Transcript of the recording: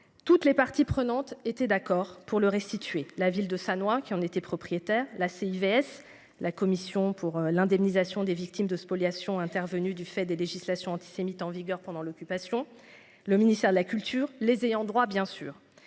Toutes les parties prenantes était d'accord pour le restituer la ville de Sannois qui en était propriétaire l'ACI vs la Commission pour l'indemnisation des victimes de spoliations intervenues du fait des législations antisémites en vigueur pendant l'occupation. Le ministère de la Culture les ayants droit bien sûr